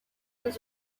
was